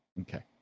Okay